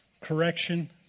correction